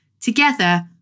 Together